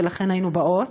ולכן היינו באות,